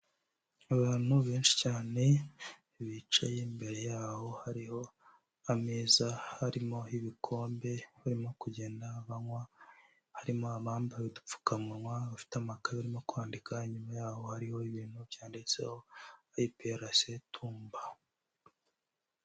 Abantu benshi cyane bicaye, imbere yaho hariho ameza harimo ibikombe, barimo kugenda banywa harimo abambaye udupfukamunwa, abafite amakaye barimo kwandika, inyuma yaho hariho ibintu byanditseho IPRC Tumba.